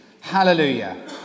Hallelujah